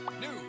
news